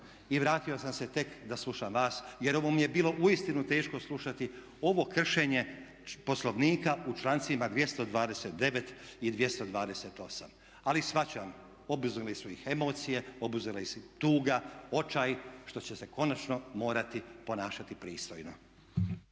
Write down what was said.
i vratio sam se tek da slušam vas jer ovo mi je bilo uistinu teško slušati, ovo kršenje Poslovnika u člancima 229. i 228. Ali shvaćam, obuzele su ih emocije, obuzela ih je tuga, očaj što će se konačno morati ponašati pristojno.